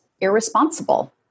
irresponsible